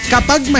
Kapag